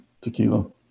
Tequila